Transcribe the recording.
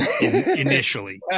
initially